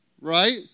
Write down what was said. right